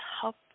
help